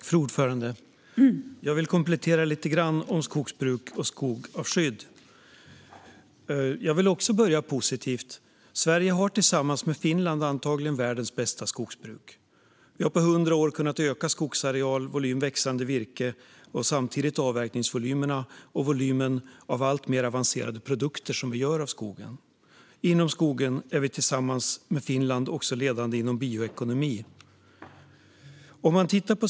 Fru talman! Jag vill komplettera lite grann i fråga om skogsbruk och skydd av skog. Jag vill också börja positivt. Sverige har tillsammans med Finland antagligen världens bästa skogsbruk. Vi har på hundra år kunnat öka skogsarealen och volymen växande virke och samtidigt avverkningsvolymerna och volymen av alltmer avancerade produkter som vi gör av skogen. Inom skogen är vi tillsammans med Finland också ledande inom bioekonomi.